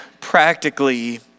practically